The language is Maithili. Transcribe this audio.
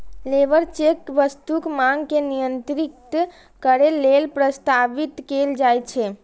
लेबर चेक वस्तुक मांग के नियंत्रित करै लेल प्रस्तावित कैल जाइ छै